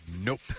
Nope